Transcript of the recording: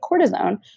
cortisone